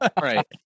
right